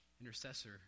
intercessor